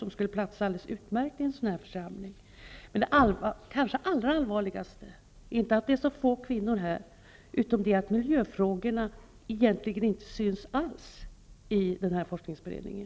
Hon skulle platsa alldeles utmärkt i en sådan här församling. Det allra allvarligaste är kanske ändå inte att det är så få kvinnor, utan det faktum att miljöfrågorna egentligen inte alls finns med i forskningsberedningen.